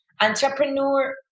entrepreneur